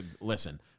Listen